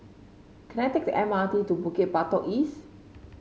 can I take the M R T to Bukit Batok East